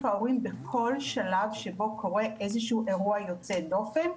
ההורים בכל שלב שבו קורה איזשהו אירוע יוצא דופן.